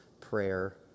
Prayer